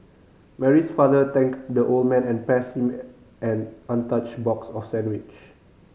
Mary's father thanked the old man and passed him an untouched box of sandwich